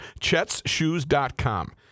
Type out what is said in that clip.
Chet'sShoes.com